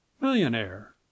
millionaire